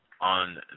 on